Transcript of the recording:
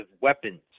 weapons